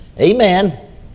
Amen